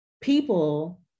people